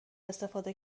استفاده